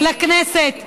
לכנסת,